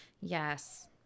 Yes